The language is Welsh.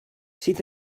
sydd